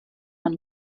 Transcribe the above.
von